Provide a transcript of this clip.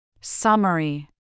Summary